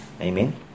Amen